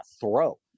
throw